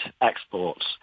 exports